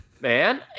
Man